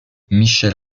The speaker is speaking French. michel